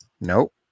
Nope